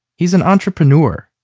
he's an entrepreneur.